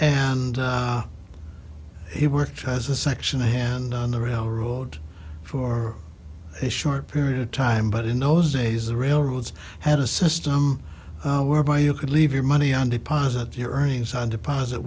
and he worked as a section hand on the railroad for a short period of time but in those days the railroads had a system whereby you could leave your money on deposit your earnings on deposit